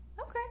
Okay